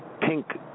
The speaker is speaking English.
pink